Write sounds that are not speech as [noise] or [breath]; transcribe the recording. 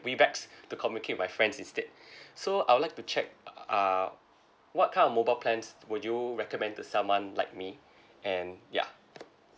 webex [breath] to communicate with my friends instead [breath] so I would like to check err what kind of mobile plans would you recommend to someone like me and ya